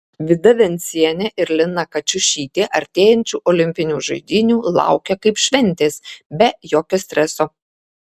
vida vencienė ir lina kačiušytė artėjančių olimpinių žaidynių laukia kaip šventės be jokio streso